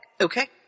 Okay